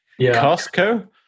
Costco